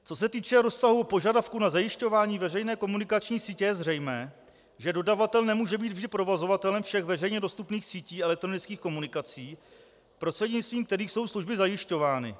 Co se týče rozsahu požadavků na zajišťování veřejné komunikační sítě, je zřejmé, že dodavatel nemůže být vždy provozovatelem všech veřejně dostupných sítí elektronických komunikací, prostřednictvím kterých jsou služby zajišťovány.